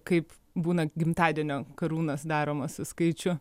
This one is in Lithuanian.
kaip būna gimtadienio karūnos daromos su skaičiu